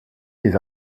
des